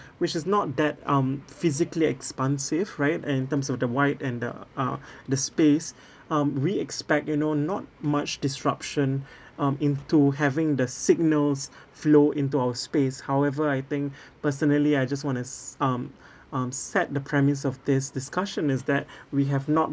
which is not that um physically expansive right and in terms of the wide and the uh the space um we expect you know not much disruption um into having the signals flow into our space however I think personally I just want to um um set the premise of this discussion is that we have not